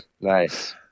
Nice